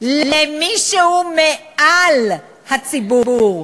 למי שהוא מעל הציבור.